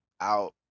out